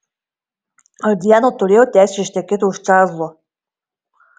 ar diana turėjo teisę ištekėti už čarlzo